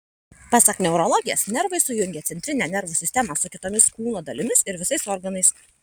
pasak neurologės nervai sujungia centrinę nervų sistemą su kitomis kūno dalimis ir visais organais